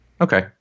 Okay